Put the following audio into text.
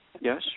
Yes